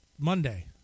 Monday